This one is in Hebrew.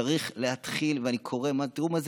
צריך להתחיל ואני קורא, תראו מה זה,